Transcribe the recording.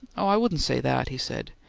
i wouldn't say that, he said.